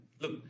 Look